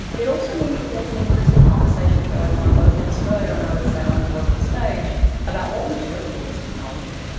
it also means that there is an increasing conversation going on both in australia and i would say on the global stage about what we're doing with all this technology.